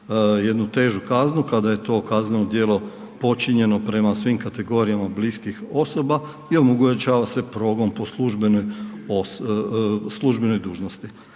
jednu težu kaznu kada je to kazneno djelo počinjeno prema svim kategorijama bliskih osoba i omogućava se progon po službenoj dužnosti.